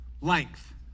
length